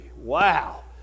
Wow